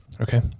Okay